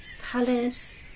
colors